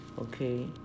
okay